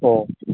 ꯑꯣ